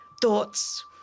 thoughts